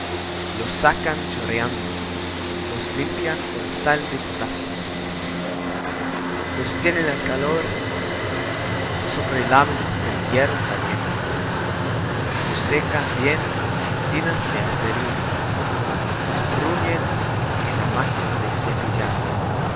los sacan chorreando los limpian con sal de potasa los tienen al calor sobre láminas de hierro caliente los secan bien en tinas de aserrín los bruñen en la máquina de cepillar